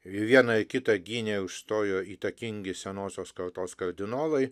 ir vieną ir kitą gynė užstojo įtakingi senosios kartos kardinolai